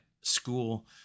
school